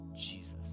Jesus